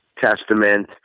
Testament